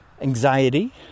anxiety